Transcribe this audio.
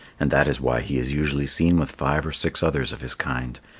and that is why he is usually seen with five or six others of his kind,